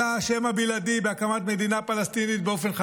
אתה האשם הבלעדי בהקמת מדינה פלסטינית באופן חד-צדדי.